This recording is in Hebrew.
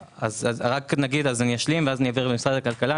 אשלים ואז אעביר למשרד הכלכלה.